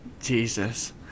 Jesus